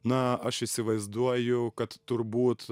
na aš įsivaizduoju kad turbūt